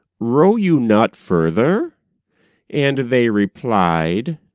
row you not further and they replied,